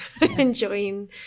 enjoying